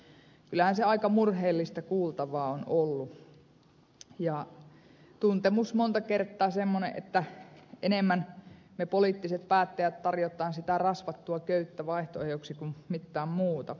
kyllähän se aika murheellista kuultavaa on ollut ja tuntemus monta kertaa semmoinen että enemmän me poliittiset päättäjät tarjoamme sitä rasvattua köyttä vaihtoehdoksi kuin mitään muuta